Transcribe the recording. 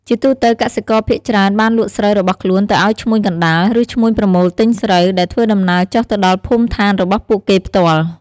ជាទូទៅ កសិករភាគច្រើនបានលក់ស្រូវរបស់ខ្លួនទៅឲ្យឈ្មួញកណ្ដាល ឬឈ្មួញប្រមូលទិញស្រូវ ដែលធ្វើដំណើរចុះទៅដល់ភូមិឋានរបស់ពួកគេផ្ទាល់។